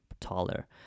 taller